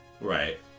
Right